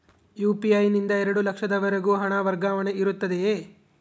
UPI ನಿಂದ ಎರಡು ಲಕ್ಷದವರೆಗೂ ಹಣ ವರ್ಗಾವಣೆ ಇರುತ್ತದೆಯೇ?